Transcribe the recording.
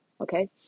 okay